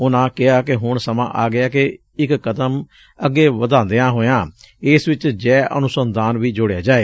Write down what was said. ਉਨੂਾ ਕਿਹਾ ਕਿ ਹੁਣ ਸਮਾਂ ਆ ਗਿਐ ਕਿ ਇਕ ਕਦਮ ਅੱਗੇ ਵਧਾਦਿਆਂ ਹੋਇਆ ਇਸ ਵਿਚ ਜੈ ਅਨੁਸੰਧਾਨ ਵੀ ਜੋੜਿਆ ਜਾਏ